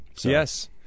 Yes